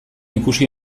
ikusi